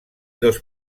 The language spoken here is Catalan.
dos